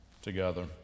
together